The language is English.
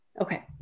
Okay